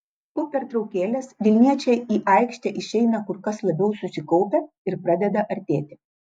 po pertraukėlės vilniečiai į aikštę išeina kur kas labiau susikaupę ir pradeda artėti